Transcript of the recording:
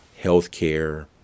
healthcare